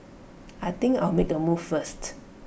I think I'll make A move first